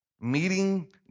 meeting